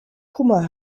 kummer